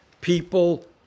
people